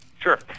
Sure